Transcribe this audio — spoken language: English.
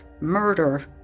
murder